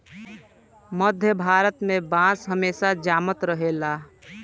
मध्य भारत में बांस हमेशा जामत रहेला